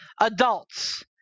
adults